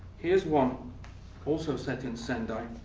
here's one also set in sendai,